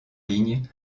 ligne